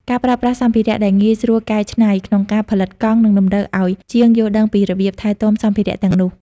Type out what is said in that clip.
ការប្រើប្រាស់សម្ភារៈដែលងាយស្រួលកែច្នៃ ក្នុងការផលិតកង់ នឹងតម្រូវឱ្យជាងយល់ដឹងពីរបៀបថែទាំសម្ភារៈទាំងនោះ។